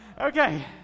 Okay